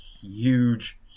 huge